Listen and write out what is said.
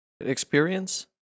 experience